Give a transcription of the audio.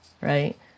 Right